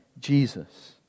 Jesus